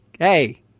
Hey